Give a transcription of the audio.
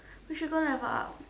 which should go level up